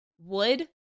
Wood